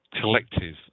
collective